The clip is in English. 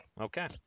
okay